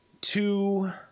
two